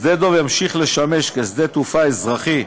שדה-דב ימשיך לשמש כשדה-תעופה אזרחי,